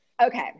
Okay